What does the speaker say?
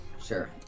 Sure